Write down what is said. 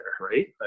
right